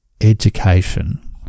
education